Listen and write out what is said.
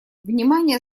внимания